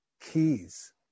keys